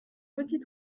petit